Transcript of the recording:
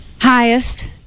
highest